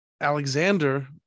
Alexander